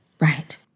Right